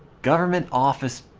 government office